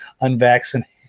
unvaccinated